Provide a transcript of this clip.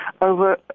over